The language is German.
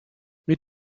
mit